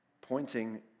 Pointing